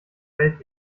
welt